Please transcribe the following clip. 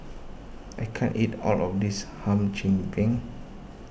I can't eat all of this Hum Chim Peng